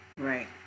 Right